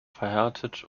verheiratet